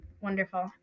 Wonderful